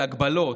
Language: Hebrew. של הגבלות,